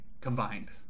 combined